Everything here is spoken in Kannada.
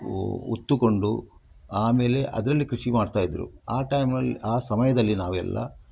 ಒತ್ತುಕೊಂಡು ಆಮೇಲೆ ಅದರಲ್ಲಿ ಕೃಷಿ ಮಾಡ್ತಾಯಿದ್ರು ಆ ಟೈಮಲ್ಲಿ ಆ ಸಮಯದಲ್ಲಿ ನಾವೆಲ್ಲ